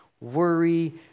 worry